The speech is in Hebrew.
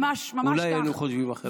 אולי היינו חושבים אחרת.